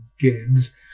kids